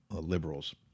liberals